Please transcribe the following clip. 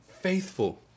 faithful